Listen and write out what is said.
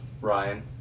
Ryan